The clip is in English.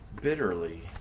bitterly